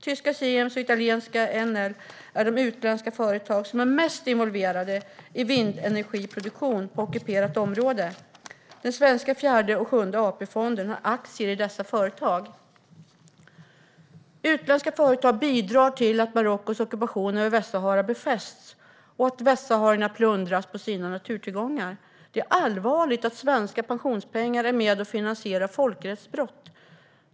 Tyska Siemens och italienska Enel är de utländska företag som är mest involverade i vind-energiproduktion på ockuperat område. Svenska Fjärde och Sjunde AP-fonden har aktier i dessa företag. Utländska företag bidrar till att Marockos ockupation av Västsahara befästs och att västsaharierna plundras på sina naturtillgångar. Det är allvarligt att svenska pensionspengar är med och finansierar folkrättsbrott.